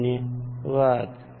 धन्यवाद